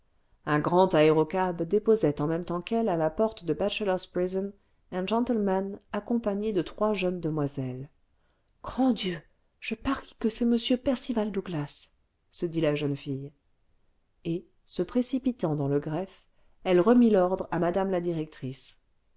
un grand aérocab déposait en même temps qu'elle à la porte de bachelor's prison un gentleman accompagné de trois jeunes demoiselles ce grand dieu je parie que c'est m percival douglas se dit la jeune fille et se précipitant dans le greffe elle remit l'ordre à mme la directrice